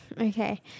Okay